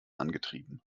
angetrieben